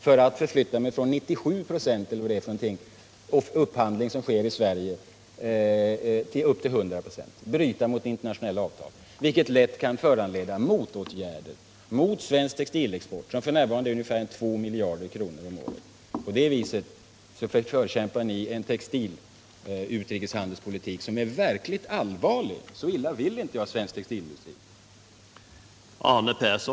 För att förflytta positionen från 97 96 — eller vad det är i fråga om upphandling som sker i Sverige — upp till 100 26 skulle jag bryta mot internationella avtal, vilket lätt kan föranleda motåtgärder mot svensk textilexport, som f. n. omfattar ungefär 2 miljarder kronor om året. På det viset är ni förkämpar för en utrikeshandelspolitik på textilområdet som är mycket allvarlig. Så illa vill inte jag svensk textilindustri.